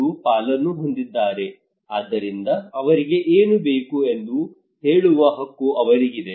ಅವರು ಪಾಲನ್ನು ಹೊಂದಿದ್ದಾರೆ ಆದ್ದರಿಂದ ಅವರಿಗೆ ಏನು ಬೇಕು ಎಂದು ಹೇಳುವ ಹಕ್ಕು ಅವರಿಗಿದೆ